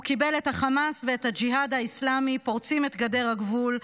הוא קיבל את החמאס ואת הג'יהאד האסלאמי פורצים את גדר הגבול.